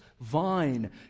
vine